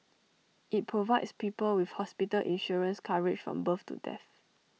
IT provides people with hospital insurance coverage from birth to death